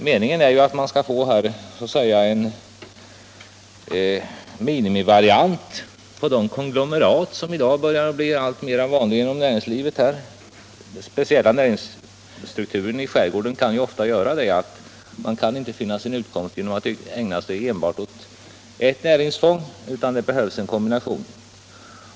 Meningen är att man skall få en minimivariant på de konglomerat som i dag börjar bli allt vanligare inom näringslivet. Den speciella näringsstrukturen i skärgården innebär ofta att man inte kan finna sin utkomst genom att ägna sig enbart åt ett näringsfång utan det behövs en kombination.